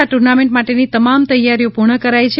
આ ટૂર્નામેન્ટ માટેની તમામ તૈયારીઓ પૂર્ણ કરાઈ છે